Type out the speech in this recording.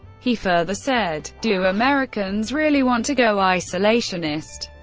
he further said, do americans really want to go isolationist.